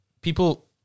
people